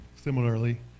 similarly